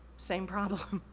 same problem.